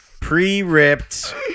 Pre-ripped